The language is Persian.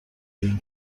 این